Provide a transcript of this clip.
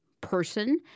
person